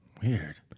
Weird